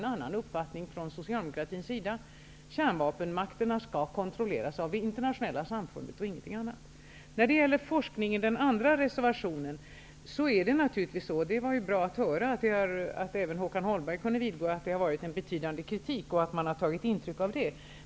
Vi socialdemokrater har en annan uppfattning. Kärnvapenmakterna skall kontrolleras av det internationella samfundet och ingenting annat. När det gäller den forskning som berörs i den andra reservationen var det bra att höra att även Håkan Holmberg kunde vidgå att det framförts en betydande kritik och att regeringen har tagit intryck av detta.